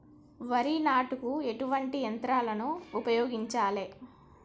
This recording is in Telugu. వరి నాటుకు ఎటువంటి యంత్రాలను ఉపయోగించాలే?